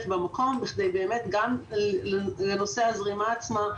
במקום בכדי באמת גם לנושא הזרימה עצמה,